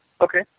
Okay